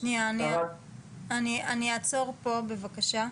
אני אעצור פה בבקשה.